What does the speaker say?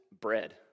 bread